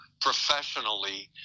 professionally